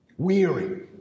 Weary